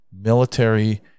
military